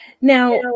Now